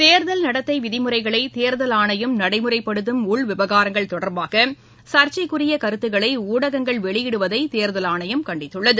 தேர்தல் நடத்தை விதிமுறைகளை தேர்தல் ஆணையம் நடைமுறைப்படுத்தும் உள்விவகாரங்கள் தொடர்பாக சர்ச்சைக்குரிய கருத்துக்களை ஊடகங்கள் வெளியிடுவதை தேர்தல் ஆணையம் கண்டித்துள்ளது